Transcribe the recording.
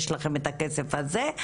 יש לכם את הכסף הזה,